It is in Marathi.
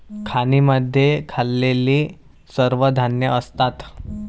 खाणींमध्ये खाल्लेली सर्व धान्ये असतात